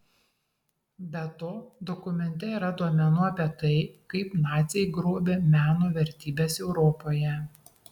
be to dokumente yra duomenų apie tai kaip naciai grobė meno vertybes europoje